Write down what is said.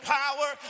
power